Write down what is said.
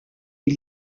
est